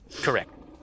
Correct